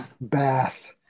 bath